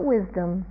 Wisdom